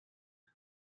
but